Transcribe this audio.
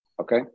Okay